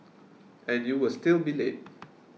and you will still be late